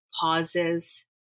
pauses